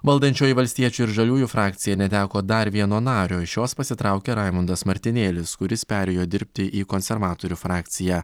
valdančioji valstiečių ir žaliųjų frakcija neteko dar vieno nario iš jos pasitraukė raimundas martinėlis kuris perėjo dirbti į konservatorių frakciją